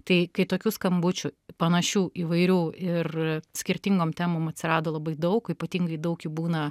tai kai tokių skambučių panašių įvairių ir skirtingom temom atsirado labai daug ypatingai daug jų būna